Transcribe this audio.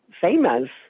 famous